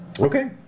Okay